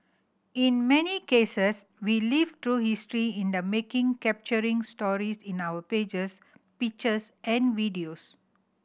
in many cases we live through history in the making capturing stories in our pages pictures and videos